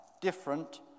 different